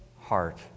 heart